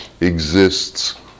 exists